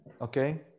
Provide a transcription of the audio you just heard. Okay